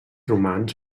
romans